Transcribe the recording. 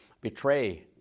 betray